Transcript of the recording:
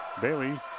Bailey